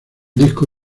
disco